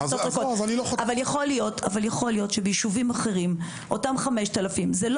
אבל יכול להיות שבישובים אחרים אותן 5,000 דירות לא